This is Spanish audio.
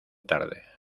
tarde